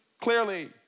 clearly